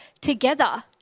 together